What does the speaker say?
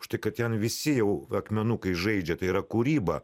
tai kad ten visi jau akmenukais žaidžia tai yra kūryba